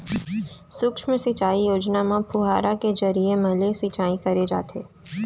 सुक्ष्म सिंचई योजना म फुहारा के जरिए म ले सिंचई करे जाथे